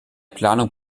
planung